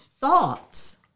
thoughts